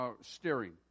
steering